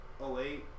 08